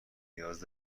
نیاز